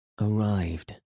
Arrived